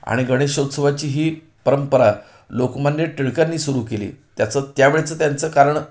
आणि गणेशोत्सवाची ही परंपरा लोकमान्य टिळकांनी सुरू केली त्याचं त्यावेळचं त्यांचं कारण